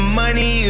money